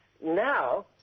now